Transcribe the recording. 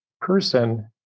person